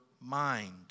mind